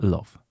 Love